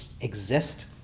exist